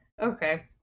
Okay